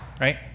right